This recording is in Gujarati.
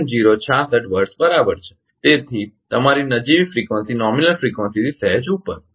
066 હર્ટ્ઝ બરાબર છે તમારી નજીવી ફ્રીકવંસીથી સહેજ ઉપર